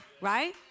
right